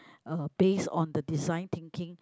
uh based on the design thinking